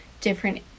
different